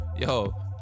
yo